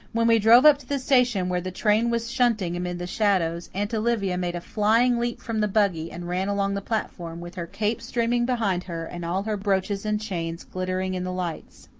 when we drove up to the station, where the train was shunting amid the shadows, aunt olivia made a flying leap from the buggy and ran along the platform, with her cape streaming behind her and all her brooches and chains glittering in the lights.